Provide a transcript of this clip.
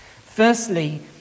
Firstly